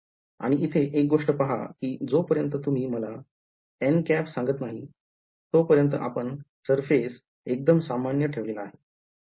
आणि इथे एक गोष्ट पहा कि जो पर्यन्त तुम्ही मला n सांगत नाही तू पर्यन्त आपण surface एकदम सामान्य ठेवलेला आहे